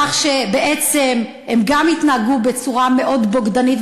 בכך שבעצם הם גם התנהגו בצורה מאוד בוגדנית,